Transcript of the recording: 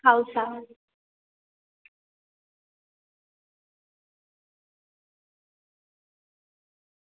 ખાઉસા